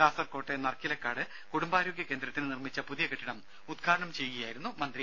കാസർകോട്ടെ നർക്കിലക്കാട് കുടുംബാരോഗ്യ കേന്ദ്രത്തിന് നിർമ്മിച്ച പുതിയ കെട്ടിടം ഉദ്ഘാടനം ചെയ്യുകയായിരുന്നു മന്ത്രി